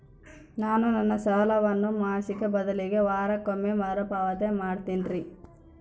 ನಾನು ನನ್ನ ಸಾಲವನ್ನು ಮಾಸಿಕ ಬದಲಿಗೆ ವಾರಕ್ಕೊಮ್ಮೆ ಮರುಪಾವತಿ ಮಾಡ್ತಿನ್ರಿ